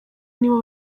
nibo